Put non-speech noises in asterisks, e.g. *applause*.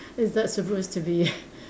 is that supposed to be *laughs*